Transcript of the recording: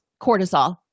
cortisol